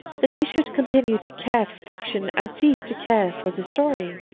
that we should continue to care for fiction and cease to care for the story.